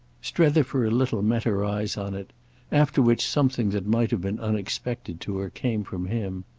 strether for a little met her eyes on it after which something that might have been unexpected to her came from him.